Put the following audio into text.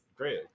Great